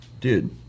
Dude